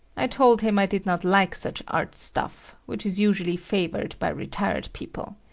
i told him i did not like such art-stuff, which is usually favored by retired people.